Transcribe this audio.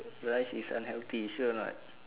rice is unhealthy sure or not